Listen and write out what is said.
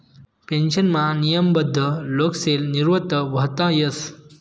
पेन्शनमा नियमबद्ध लोकसले निवृत व्हता येस